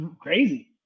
crazy